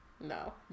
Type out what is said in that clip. No